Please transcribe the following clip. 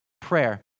prayer